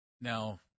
Now